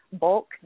bulk